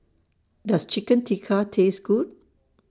Does Chicken Tikka Taste Good